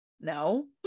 no